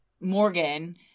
Morgan